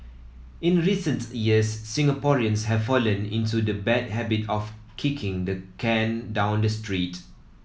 in recent years Singaporeans have fallen into the bad habit of kicking the can down the street